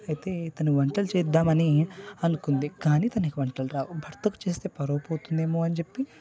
అయితే తన వంటలు చేద్దామని అనుకుంది కానీ తనకి వంటలు రావు భర్తకు తెస్తే పరువు పోతుందని చెప్పి